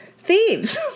thieves